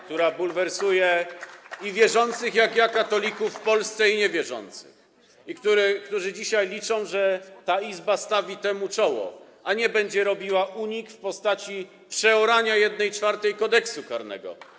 która bulwersuje i wierzących jak ja katolików w Polsce, i niewierzących, którzy dzisiaj liczą, że ta Izba stawi temu czoło, a nie będzie robiła unik w postaci przeorania 1/4 Kodeksu karnego.